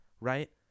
right